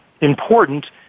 important